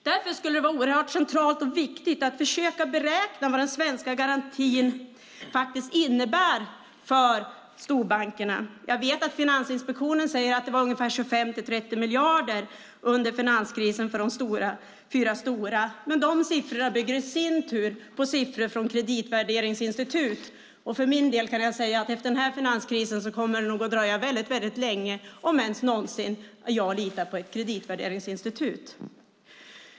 Därför skulle det vara oerhört centralt och viktigt att försöka beräkna vad den svenska garantin faktiskt innebär för storbankerna. Jag vet att Finansinspektionen säger att det var ungefär 25-30 miljarder under finanskrisen för de fyra stora. Men de siffrorna bygger i sin tur på siffror från kreditvärderingsinstitut, och för min del kan jag säga att det efter den här finanskrisen nog kommer att dröja väldigt länge, om ens någonsin, innan jag litar på ett kreditvärderingsinstitut.